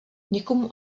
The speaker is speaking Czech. někomu